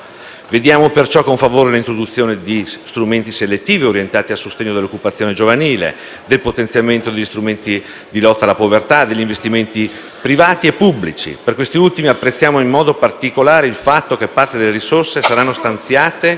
Vediamo perciò con favore l'introduzione di strumenti selettivi orientati al sostegno dell'occupazione giovanile, del potenziamento degli strumenti di lotta alla povertà, degli investimenti privati e pubblici. Per questi ultimi, apprezziamo in modo particolare il fatto che parte delle risorse stanziate